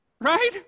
Right